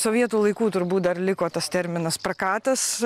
sovietų laikų turbūt dar liko tas terminas prakatas